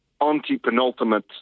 anti-penultimate